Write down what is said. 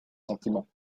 sentiments